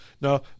Now